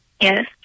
Yes